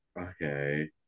okay